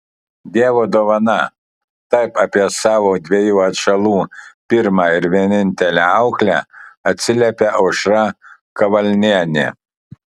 dievo dovana taip apie savo dviejų atžalų pirmą ir vienintelę auklę atsiliepia aušra kavalnienė